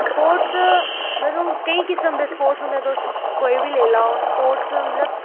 sports मतलब केईं किस्म दे स्पोर्टस होंदे मतलब कोई बी लेई लैओ स्पोर्टस मतलब